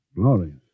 Glorious